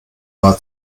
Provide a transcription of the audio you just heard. war